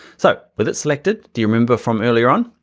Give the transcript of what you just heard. so with it selected, do you remember from earlier on?